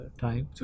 time